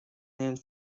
named